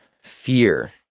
fear